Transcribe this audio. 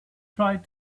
tried